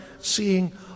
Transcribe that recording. seeing